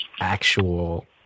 actual